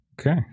Okay